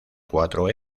cuatro